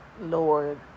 Lord